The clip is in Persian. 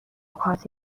کارت